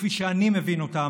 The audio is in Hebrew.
כפי שאני מבין אותה,